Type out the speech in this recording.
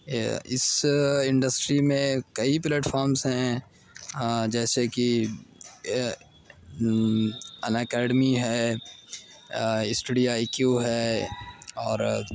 اس industry میں کئی platforms ہیں جیسے کہ ان اکیڈمی ہے اسٹڈی آئی قیو ہے اور